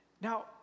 Now